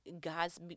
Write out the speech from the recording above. god's